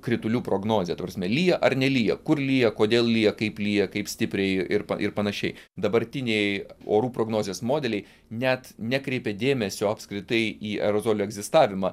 kritulių prognozė ta prasme lyja ar nelyja kur lyja kodėl lyja kaip lyja kaip stipriai ir ir panašiai dabartiniai orų prognozės modeliai net nekreipia dėmesio apskritai į aerozolių egzistavimą